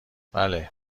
بله